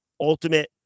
ultimate